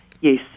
Yes